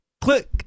Click